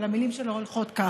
אבל המילים שלו הולכות ככה: